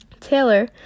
Taylor